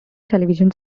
television